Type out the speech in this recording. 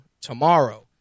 tomorrow